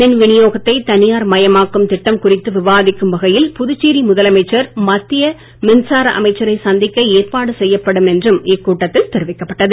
மின் வினியோகத்தை தனியார் மயமாக்கும் திட்டம் குறித்து விவாதிக்கும் வகையில் புதுச்சேரி முதலமைச்சர் மத்திய மின்சார அமைச்சரை சந்திக்க ஏற்பாடு செய்யப்படும் என்றும் இக்கூட்டத்தில் தெரிவிக்கப்பட்டது